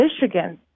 Michigan